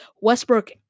Westbrook